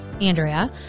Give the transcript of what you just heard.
Andrea